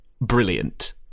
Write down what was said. brilliant